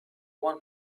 want